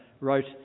wrote